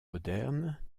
moderne